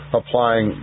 applying